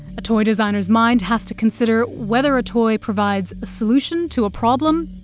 a toy designer's mind has to consider whether a toy provides a solution to a problem,